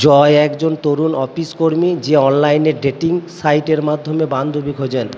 জয় একজন তরুণ অফিস কর্মী যে অনলাইনে ডেটিং সাইটের মাধ্যমে বান্ধবী খোঁজেন